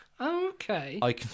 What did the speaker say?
okay